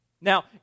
Now